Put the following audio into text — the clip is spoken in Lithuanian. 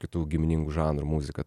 kitų giminingų žanrų muzika